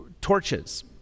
torches